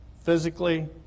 physically